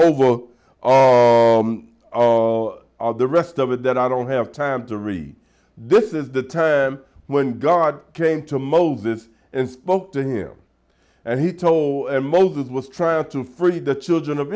are the rest of it that i don't have time to read this is the time when god came to moses and spoke to him and he told moses was trying to free the children of